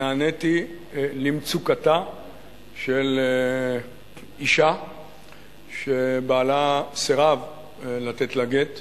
נעניתי למצוקתה של אשה שבעלה סירב לתת לה גט.